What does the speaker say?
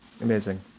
Amazing